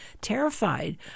terrified